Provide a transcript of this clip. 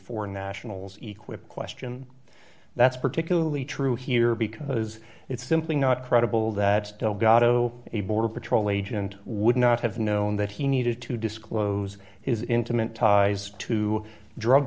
foreign nationals equip question that's particularly true here because it's simply not credible that gado a border patrol agent would not have known that he needed to disclose his intimate ties to dru